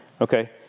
Okay